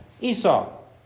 Esau